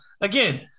again